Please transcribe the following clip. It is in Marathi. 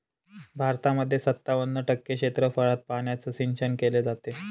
भारतामध्ये सत्तावन्न टक्के क्षेत्रफळात पाण्याचं सिंचन केले जात